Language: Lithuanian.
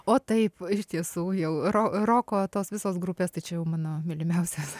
o taip iš tiesų jau ro roko tos visos grupės tai čia jau mano mylimiausia